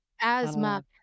Asthma